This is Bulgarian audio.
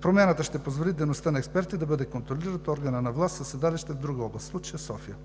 Промяната ще позволи дейността на експертите да контролират органа на власт със седалище в друга област – в случая София,